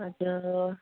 हजुर